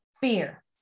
Fear